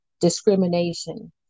discrimination